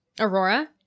Aurora